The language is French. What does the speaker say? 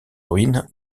ruines